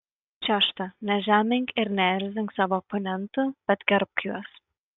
šešta nežemink ir neerzink savo oponentų bet gerbk juos